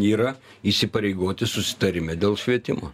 yra įsipareigoti susitarime dėl švietimo